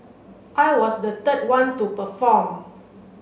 I was the third one to perform